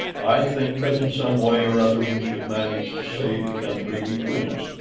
i think that in some way or other we should manage to save the country between us,